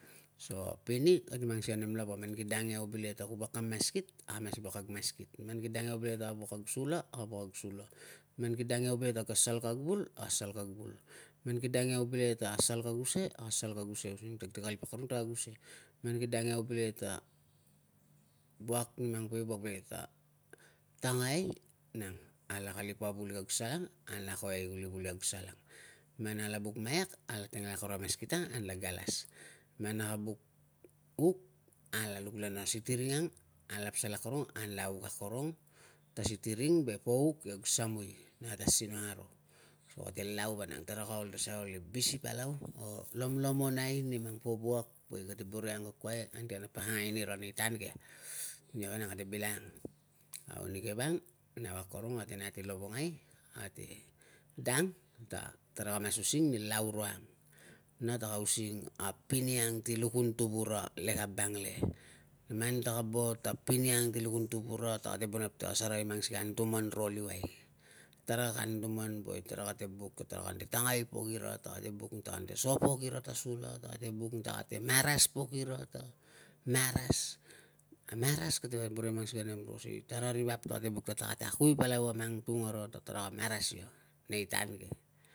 So pini kate mangsikei a nem lava. Man ki dang iau bilege ta ku wuak kam maskit, a mas wuak kag maskit. Man ki dang iau bilege ta kag wuak kag sula, kag wuak kag sula. Man ki dang iau bileke ta a sal kag vul, a sal kag vul. Man ki dang iau bile ta a sal kag use using ti kag kalip akorong ta use. Man ki dang iau bile ta wuak ni mang ke wuak bileke ta tanga ei, nang nala kalip na kag vul i sal ang, anla ako ei kuli kag vul i sal ang. Man ala buk maiak, ala teng le akorong a maskit ang ala galas. Man ala buk hook, ala luk le na sitiring ang ala pasal akorong anla hook akorong. Kag sitiring ve po hook i kag samui na ate sinong aro. Kate lau vanang. Tara ka ol ta suai bisi palau o lomlomonai ni po wuak we kate boro i angkokoai ti kana pakangai anira nei tan ke. Nia vanang kate bilang. Au nike vang, nau akorong ate nat i lovongai, ate dang ta tara ka mas using ni lau ro ang ta taka mas using a pini ang ti lukun tuvura lekabang le. Man ta ka bot a pini ang si lukun tuvura, ta kate bo inap ti ka serei mang sikei anutuman ro luai. Tara ka anutuman woe tara kate buk ni tara kate tangai pok nira, tara kate buk ni tara kate so pok nira ta sula, tara kate buk ni tara kate maras pok ira ta mara maras. Kate boro i mang sikei a nem ro sei tara ri vap, tara kate buk ni tara kate akui palau na mang tungara ta tara maras ia nei tan ke.